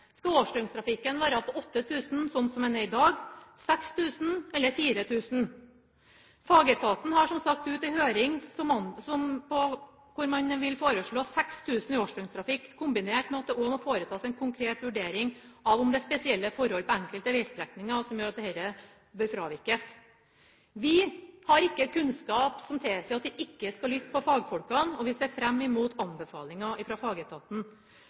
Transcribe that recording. Skal årsdøgnstrafikken være på 8 000, som den er i dag, 6 000 eller 4 000? Fagetaten har som sagt ute til høring et forslag hvor man vil foreslå 6 000 i årsdøgnstrafikk, kombinert med at det også må foretas en konkret vurdering av om det er spesielle forhold på enkelte vegstrekninger som gjør at dette bør fravikes. Vi har ikke kunnskap som tilsier at vi ikke skal lytte til fagfolkene, og vi ser fram mot anbefalinger fra fagetaten.